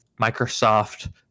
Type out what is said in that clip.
Microsoft